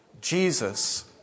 Jesus